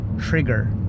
trigger